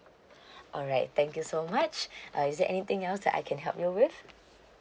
alright thank you so much uh is there anything else that I can help you with